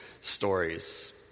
stories